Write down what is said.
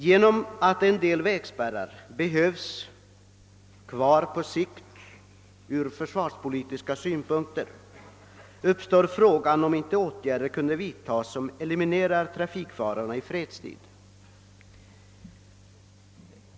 Genom att en del vägspärrar på sikt behöver vara kvar ur försvarspolitiska synpunkter uppstår frågan om inte åtgärder kunde vidtas som eliminerar trafikfarorna i fredstid.